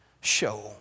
show